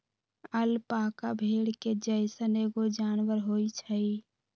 alpaca भेड़ के जइसन एगो जानवर होई छई